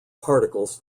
particles